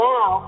Now